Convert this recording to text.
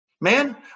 Man